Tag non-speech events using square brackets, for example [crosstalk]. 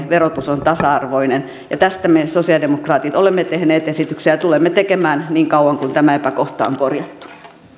[unintelligible] verotus on tasa arvoinen tästä me sosialidemokraatit olemme tehneet esityksiä ja tulemme tekemään niin kauan kunnes tämä epäkohta on korjattu